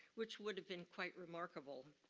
which would have been quite remarkable.